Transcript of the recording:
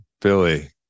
Billy